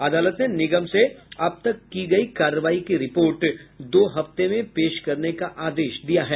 अदालत ने निगम से अब तक की गयी कार्रवाई की रिपोर्ट दो हफ्ते में पेश करने का आदेश दिया है